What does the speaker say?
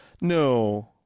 No